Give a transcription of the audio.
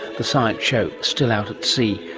the science show, still out at sea,